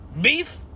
Beef